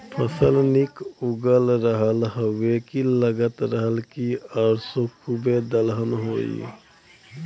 फसल निक उगल रहल हउवे की लगत रहल की असों खूबे दलहन होई